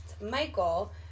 Michael